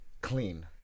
Clean